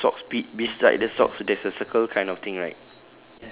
ya the socks be~ beside the socks there's a circle kind of thing right